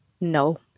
no